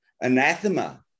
anathema